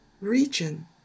region